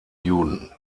juden